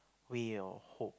way or hope